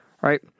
Right